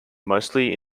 mostly